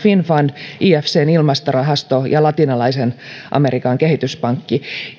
finnfund ifcn ilmastorahasto ja latinalaisen amerikan kehityspankki